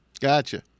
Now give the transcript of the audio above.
Gotcha